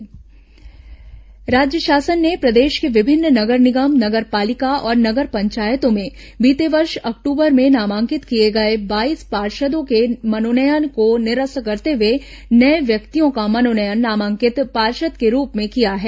पार्षद मनोनयन राज्य शासन ने प्रदेश के विभिन्न नगर निगम नगर पालिका और नगर पंचायतों में बीते वर्ष अक्टूबर में नामांकित किए गए बाईस पार्षदों के मनोनयन को निरस्त करते हुए नये व्यक्तियों का मनोनयन नामांकित पार्षद के रूप में किया है